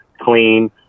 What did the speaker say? clean